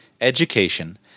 education